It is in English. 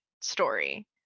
story